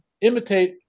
imitate –